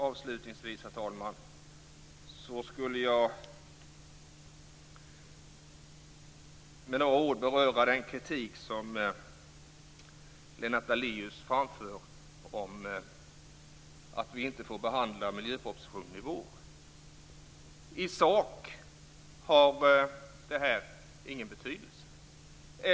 Avslutningsvis, herr talman, vill jag med några ord beröra den kritik som Lennart Daléus framför om att vi inte får behandla miljöpropositionen i vår. I sak har detta ingen betydelse.